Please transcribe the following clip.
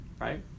Right